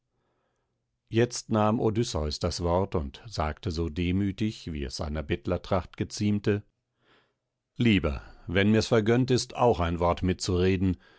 jetzt nahm odysseus das wort und sagte so demütig wie es seiner bettlertracht geziemte lieber wenn's mir vergönnt ist auch ein wort mitzureden